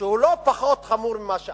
שהוא לא פחות חמור ממה שאמרתי,